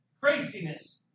craziness